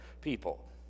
people